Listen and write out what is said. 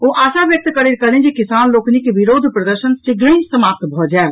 ओ आशा व्यक्त करैत कहलनि जे किसान लोकनिक विरोध प्रदर्शन शीघ्रहि समाप्त भऽ जायत